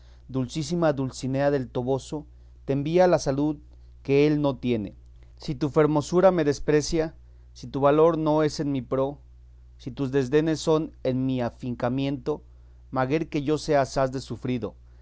dulcísima dulcinea del toboso te envía la salud que él no tiene si tu fermosura me desprecia si tu valor no es en mi pro si tus desdenes son en mi afincamiento maguer que yo sea asaz de sufrido